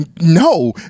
no